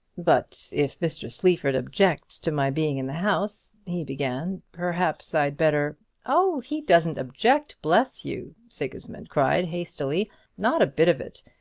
but if mr. sleaford objects to my being in the house, he began, perhaps i'd better oh, he doesn't object, bless you! sigismund cried, hastily not a bit of it.